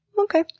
okay!